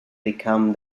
become